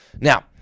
Now